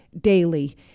daily